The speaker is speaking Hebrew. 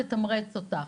נתמרץ אותך".